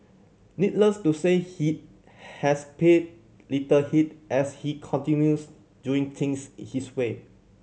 needless to say he has paid little heed as he continues doing things his way